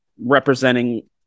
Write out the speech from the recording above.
representing